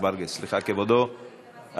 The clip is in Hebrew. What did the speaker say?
כבודו,